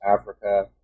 Africa